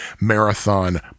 marathon